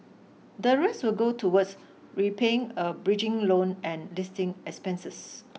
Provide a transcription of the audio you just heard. the rest will go towards repaying a bridging loan and listing expenses